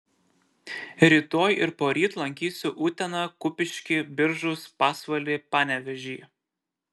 rytoj ir poryt lankysiu uteną kupiškį biržus pasvalį panevėžį